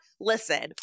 Listen